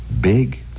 Big